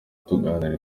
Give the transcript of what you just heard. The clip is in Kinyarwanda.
tuganira